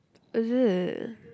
is it